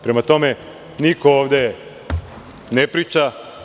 Prema tome, niko ovde ne priča.